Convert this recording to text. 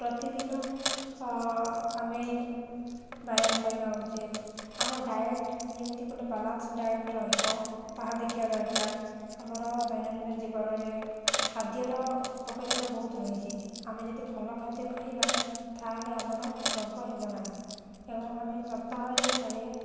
ପ୍ରତିଦିନ ଆମେ ବ୍ୟାୟାମ କରିବା ଉଚିତ ଆମ ଡାଏଟ୍ ଯେମିତି ଗୋଟିଏ ବାଲାନ୍ସ ଡାଏଟ୍ ରହିବ ତାହା ଦେଖିବା ଦରକାର ଆମର ଦୈନନ୍ଦିନ ଜୀବନରେ ଖାଦ୍ୟର ଉପକାରିତା ବହୁତ ରହିଛି ଆମେ ଯଦି ଭଲ ଖାଦ୍ୟ ଖାଇବା ତାହେଲେ ଆମର ରୋଗ ହେବ ନାହିଁ ଏବଂ ଆମେ ସପ୍ତାହରେ ଥରେ